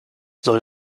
soll